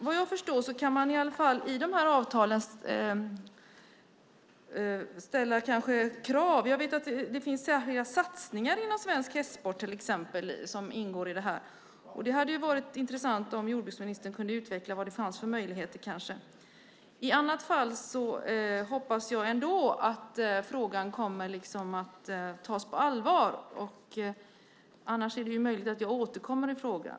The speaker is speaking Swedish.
Vad jag förstår kan man i alla fall ställa krav i de här avtalen. Jag vet att det till exempel finns särskilda satsningar inom svensk hästsport som ingår i avtalet. Det vore intressant om jordbruksministern kunde utveckla vad det finns för möjligheter. Jag hoppas att frågan kommer att tas på allvar, annars är det möjligt att jag återkommer i frågan.